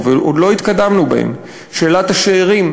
ועוד לא התקדמנו בהן: שאלת השאירים